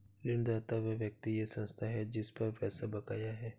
ऋणदाता वह व्यक्ति या संस्था है जिस पर पैसा बकाया है